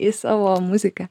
į savo muziką